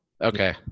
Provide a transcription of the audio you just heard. okay